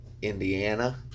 Indiana